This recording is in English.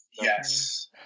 Yes